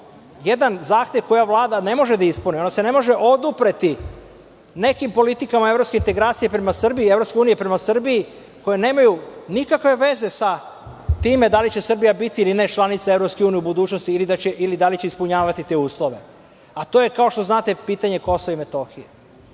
jedan zahtev koji ova vlada ne može da ispuni. Ona se ne može odupreti nekim politikama evropskih integracija prema Srbiji, EU prema Srbiji, koje nemaju nikakve veze sa time da li će Srbija biti ili ne članica EU u budućnosti ili da li će ispunjavati te uslove, a to je, kao što znate, pitanje Kosova i Metohije.